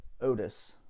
Otis